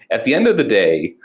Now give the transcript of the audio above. at the end of the day,